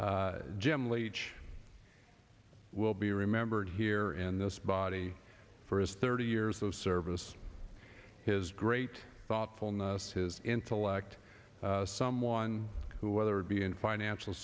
jim leach will be remembered here in this body for his thirty years of service his great thoughtfulness his intellect someone who whether it be in financial